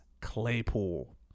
Claypool